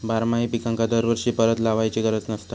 बारमाही पिकांका दरवर्षी परत लावायची गरज नसता